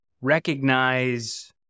recognize